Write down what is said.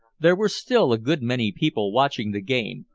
there were still a good many people watching the game,